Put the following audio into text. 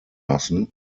lassen